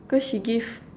cause she give